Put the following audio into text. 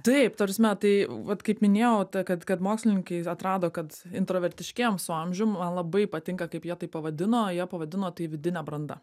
taip ta prasme tai vat kaip minėjau ta kad kad mokslininkai atrado kad intravertiškėjam su amžium man labai patinka kaip jie tai pavadino jie pavadino tai vidine branda